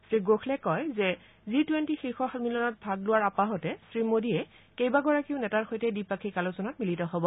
শ্ৰীগোখলে কয় যে G twenty শীৰ্ষ সন্মিলনত ভাগ লোৱাৰ আপাহতে শ্ৰীমোডীয়ে কেইবাগৰাকীও নেতাৰ সৈতে দ্বিপাক্ষিক আলোচনাত মিলিত হ'ব